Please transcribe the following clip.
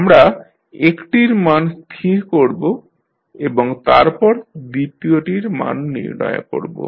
আমরা একটির মান স্থির করব এবং তারপর দ্বিতীয়টির মান নির্ণয় করব